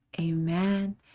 amen